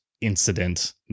incident